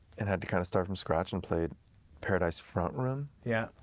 and had to kind of start from scratch, and play paradise front room. yeah.